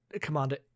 Commander